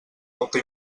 molta